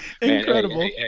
Incredible